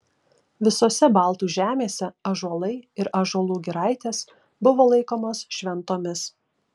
visose baltų žemėse ąžuolai ir ąžuolų giraitės buvo laikomos šventomis